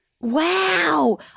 Wow